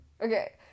okay